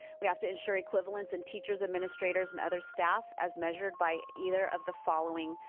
we have to ensure equivalents in teachers, administrators and other staff, as measured by either of the following